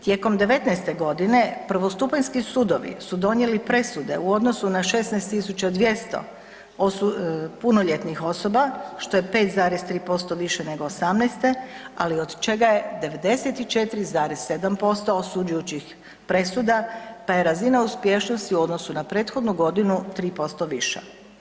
Tijekom '19. g. prvostupanjski sudovi su donijeli presude u odnosu na 16 200 punoljetnih osoba, što je 5,3% više nego '18., ali od čega je 94,7% osuđujućih presuda, pa je razina uspješnosti u odnosu na prethodnu godinu 3% viša.